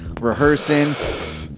Rehearsing